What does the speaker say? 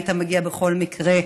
היית מגיע בכל מקרה.